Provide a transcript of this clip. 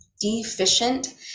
deficient